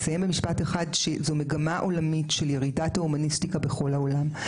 זו מגמה עולמית של ירידת ההומניסטיקה בכל העולם,